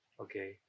okay